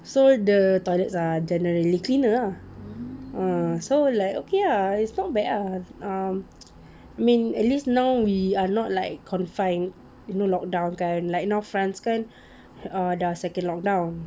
so the toilets are generally cleaner ah so like okay ah it's not bad ah um mean at least now we are not like confine you know lockdown kan and know france kan dah second lockdown